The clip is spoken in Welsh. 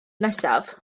nesaf